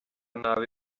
nabi